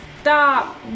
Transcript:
stop